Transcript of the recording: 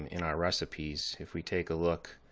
in our recipes, if we take a look,